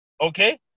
Okay